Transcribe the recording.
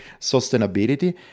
sustainability